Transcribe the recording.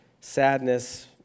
sadness